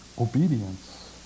obedience